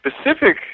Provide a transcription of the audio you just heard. specific